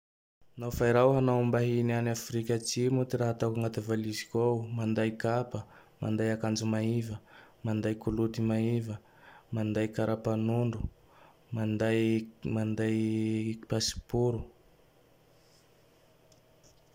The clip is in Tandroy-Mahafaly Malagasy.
Nao fa i raha hanao mbahiny any Afrika Atsimo. Ty raha ataoko anaty valiziko ao. Manday kapa, manday akanjo maiva, manday kolôty maiva, manday kara-panondro, manday manday pasipôro.